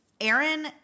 Aaron